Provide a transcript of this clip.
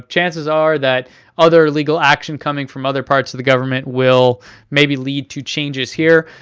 chances are that other legal action coming from other parts of the government will maybe lead to changes here.